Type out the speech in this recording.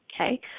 Okay